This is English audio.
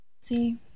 See